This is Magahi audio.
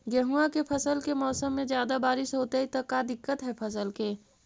गेहुआ के फसल के मौसम में ज्यादा बारिश होतई त का दिक्कत हैं फसल के?